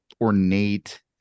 ornate